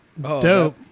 Dope